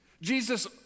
Jesus